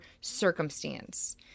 circumstance